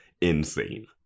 insane